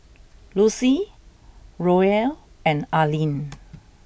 Lucie Roel and Arline